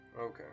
Okay